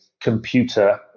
computer